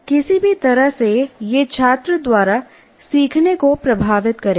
किसी भी तरह से यह छात्र द्वारा सीखने को प्रभावित करेगा